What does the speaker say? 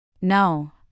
No